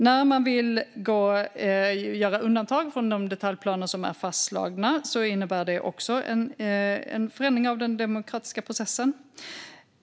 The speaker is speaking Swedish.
När man vill göra undantag från de detaljplaner som är fastslagna innebär det också en förändring av den demokratiska processen.